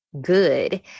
Good